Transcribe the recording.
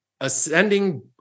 ascending